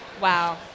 Wow